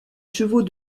chevaux